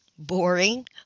boring